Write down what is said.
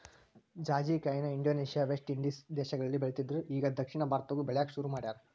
ಜಾಜಿಕಾಯಿನ Indonesia, West Indies ದೇಶಗಳಲ್ಲಿ ಬೆಳಿತ್ತಿದ್ರು ಇಗಾ ದಕ್ಷಿಣ ಭಾರತದಾಗು ಬೆಳ್ಯಾಕ ಸುರು ಮಾಡ್ಯಾರ